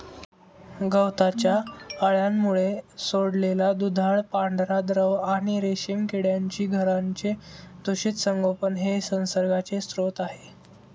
गवताच्या अळ्यांमुळे सोडलेला दुधाळ पांढरा द्रव आणि रेशीम किड्यांची घरांचे दूषित संगोपन हे संसर्गाचे स्रोत आहे